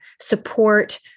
support